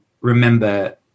remember